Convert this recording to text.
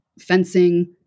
fencing